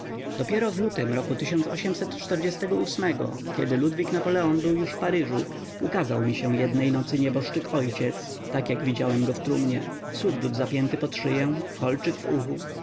dopiero w lutym roku kiedy ludwik napoleon już był w paryżu ukazał mi się jednej nocy nieboszczyk ojciec tak jak widziałem go w trumnie surdut zapięty pod szyję kolczyk